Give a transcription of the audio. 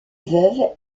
veuve